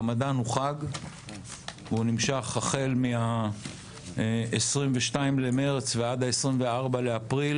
הרמדאן הוא חג והוא נמשך החל מה-22 במרץ ועד ה-24 באפריל,